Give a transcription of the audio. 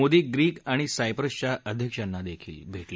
Modi Greek आणि सायप्रसच्या अध्यक्षांना देखील भेटले